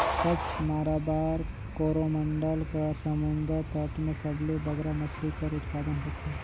कच्छ, माराबार, कोरोमंडल कर समुंदर तट में सबले बगरा मछरी कर उत्पादन होथे